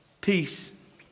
Peace